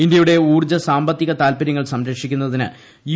ഇൻഡൃയുടെ ഉൌർജ്ജ സാമ്പത്തിക താൽപര്യങ്ങൾ സംരക്ഷിക്കുന്നതിന് യു